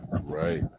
right